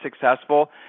successful